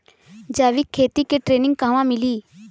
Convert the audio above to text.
जैविक खेती के ट्रेनिग कहवा मिली?